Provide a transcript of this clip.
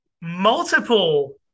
Multiple